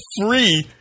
free